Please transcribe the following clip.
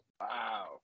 Wow